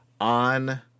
on